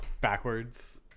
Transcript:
backwards